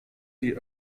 die